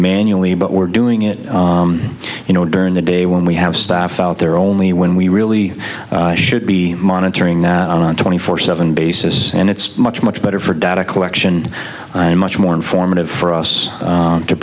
manually but we're doing it you know during the day when we have staff out there only when we really should be monitoring on twenty four seven basis and it's much much better for data collection and much more informative for us